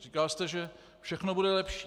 Říkal jste, že všechno bude lepší.